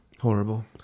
Horrible